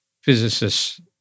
physicists